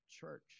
church